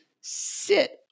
sit